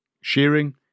shearing